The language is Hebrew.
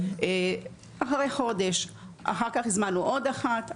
אחר כך הזמנו עוד אחת.